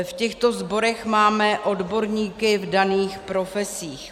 V těchto sborech máme odborníky v daných profesích.